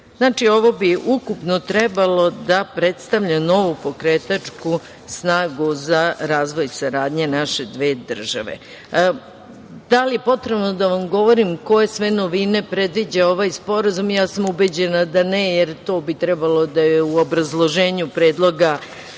Ovo bi ukupno trebalo da predstavlja novu pokretačku snagu za razvoj saradnje naše dve države. Da li je potrebno da vam govorim koje sve novine predviđa ovaj Sporazum? Ja sam ubeđena da ne, jer bi to trebalo da je u obrazloženju Predloga